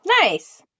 Nice